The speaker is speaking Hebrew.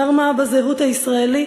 דבר מה בזהות הישראלית,